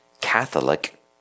Catholic